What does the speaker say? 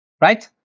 right